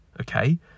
okay